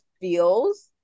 feels